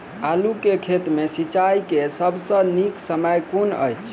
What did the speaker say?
आलु केँ खेत मे सिंचाई केँ सबसँ नीक समय कुन अछि?